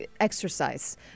exercise